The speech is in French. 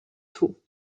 tout